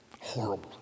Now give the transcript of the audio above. horrible